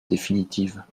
définitive